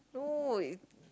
no it